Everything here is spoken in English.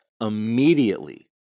immediately